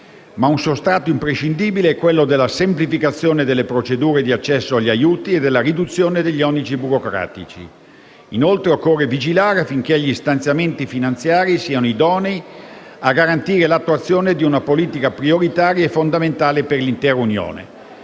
ma un sostrato imprescindibile è quello della semplificazione delle procedure di accesso agli aiuti e della riduzione degli oneri burocratici. Inoltre, occorre vigilare affinché gli stanziamenti finanziari siano idonei a garantire l'attuazione di una politica prioritaria e fondamentale per l'intera Unione